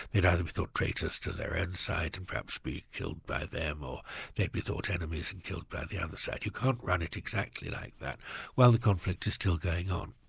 they'd either be thought traitors to their own side and perhaps be killed by them, or they'd be thought enemies and killed by the other side. you can't run it exactly like that while the conflict is still going on.